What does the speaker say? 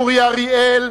אורי אריאל,